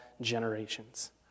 generations